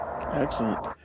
Excellent